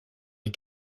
les